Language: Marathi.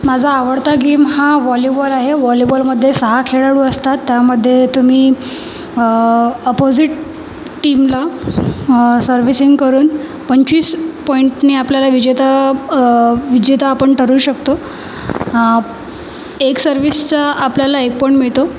माझा आवडता गेम हा व्हॉलीबॉल आहे व्हॉलीबॉलमध्ये सहा खेळाडू असतात त्यामध्ये तुम्ही अपोजिट टीमला सर्विसिंग करून पंचवीस पॉइंटनी आपल्याला विजेता विजेता आपण ठरवू शकतो एक सर्विसचा आपल्याला एक पॉइंट मिळतो